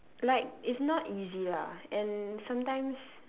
like it's not easy lah and sometimes